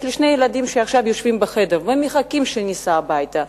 יש לי שני ילדים שעכשיו יושבים בחדר ומחכים שניסע הביתה,